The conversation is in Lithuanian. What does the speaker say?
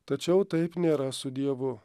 tačiau taip nėra su dievu